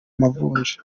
amavunja